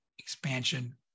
Expansion